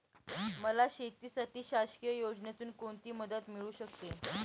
मला शेतीसाठी शासकीय योजनेतून कोणतीमदत मिळू शकते?